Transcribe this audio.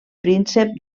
príncep